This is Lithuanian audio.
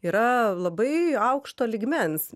yra labai aukšto lygmens